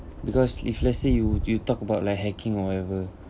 because if let's say you you talk about like hacking or whatever